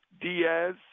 Diaz